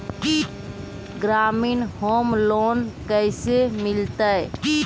ग्रामीण home loan कैसे मिलतै?